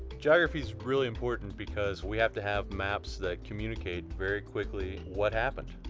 geography is really important because we have to have maps that communicate very quickly what happened.